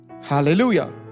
Hallelujah